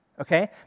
okay